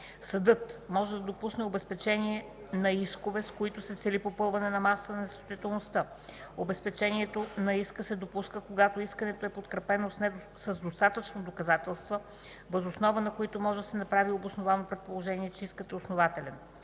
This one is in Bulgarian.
съдът може да допусне обезпечение на искове, с които се цели попълване на масата на несъстоятелността. Обезпечението на иска се допуска, когато искането е подкрепено с достатъчно доказателства, въз основа на които може да се направи обосновано предположение, че искът е основателен.”